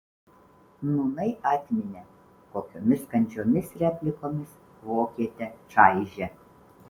nūnai atminė kokiomis kandžiomis replikomis vokietę čaižė